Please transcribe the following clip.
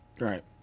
right